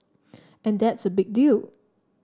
and that's a big deal